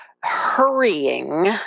hurrying